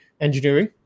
engineering